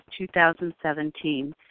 2017